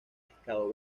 pescado